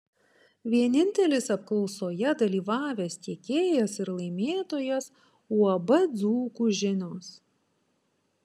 vienintelis apklausoje dalyvavęs tiekėjas ir laimėtojas uab dzūkų žinios